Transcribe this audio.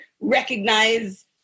recognize